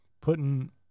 putting